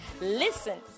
Listen